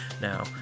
Now